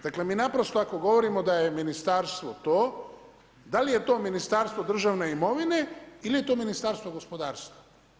Dakle mi naprosto ako govorimo da je ministarstvo to, dal' je to Ministarstvo državne imovine ili je to Ministarstvo gospodarstva.